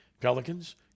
Pelicans